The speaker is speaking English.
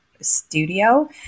studio